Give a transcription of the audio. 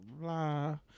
blah